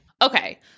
Okay